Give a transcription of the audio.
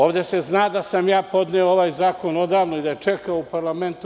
Ovde se zna da sam ja podneo ovaj zakon odavno i da je čekao u parlamentu.